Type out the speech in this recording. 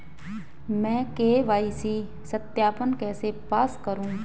मैं के.वाई.सी सत्यापन कैसे पास करूँ?